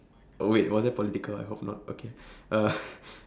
oh wait was that political I hope not okay uh